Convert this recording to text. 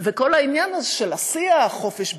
וכל העניין הזה של השיח, חופש ביטוי,